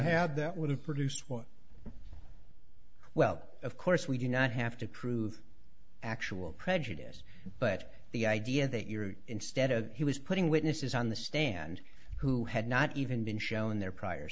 have that would have produced well of course we do not have to prove actual prejudice but the idea that you're instead of he was putting witnesses on the stand who had not even been shown their prior